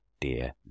dear